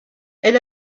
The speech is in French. elle